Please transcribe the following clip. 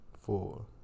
Four